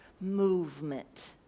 movement